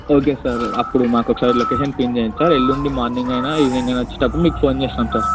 okay sir అప్పుడు మాకు ఒకసారి లొకేషన్ పిన్ చేయండి సార్ ఎల్లుండి మార్నింగ్ అయిన ఈవెనింగ్ అయిన వచ్చేటప్పుడు మీకు ఫోన్ చేస్తాం సార్